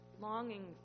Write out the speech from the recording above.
longing